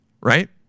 right